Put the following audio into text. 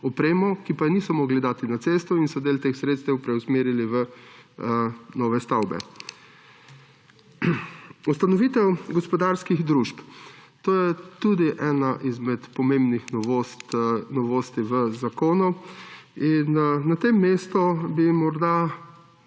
opremo, ki pa je niso mogli dati na cesto in so del teh sredstev preusmerili v nove stavbe. Ustanovitev gospodarskih družb. To je tudi ena izmed pomembnih novosti v zakonu in na tem mestu bi se morda